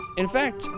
in fact,